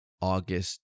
August